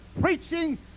preaching